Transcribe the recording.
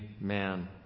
man